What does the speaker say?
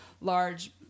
large